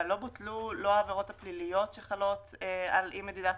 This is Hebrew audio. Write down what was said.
אבל לא ביטלתם את העבירות הפליליות שחלות על אי מדידת